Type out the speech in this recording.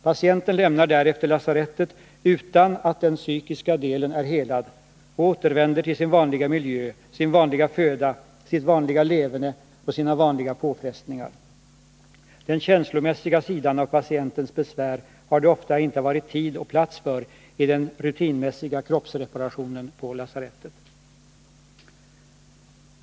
Patienten lämnar därefter lasarettet utan att den psykiska delen är helad och återvänder till sin vanliga miljö, sin vanliga föda, sitt vanliga leverne och sina vanliga påfrestningar. Den känslomässiga sidan av patientens besvär har det ofta inte funnits tid och plats för i den rutinmässiga kroppsreparationen på lasarettet.